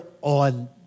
on